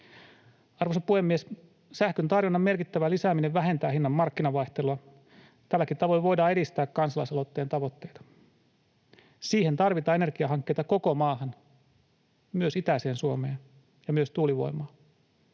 Arvoisa puhemies! Sähkön tarjonnan merkittävä lisääminen vähentää hinnan markkinavaihtelua. Tälläkin tavoin voidaan edistää kansalaisaloitteen tavoitteita. Siihen tarvitaan energiahankkeita koko maahan, myös itäiseen Suomeen, ja myös tuulivoimaa.